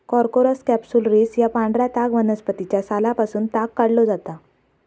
Corchorus capsularis या पांढऱ्या ताग वनस्पतीच्या सालापासून ताग काढलो जाता